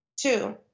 two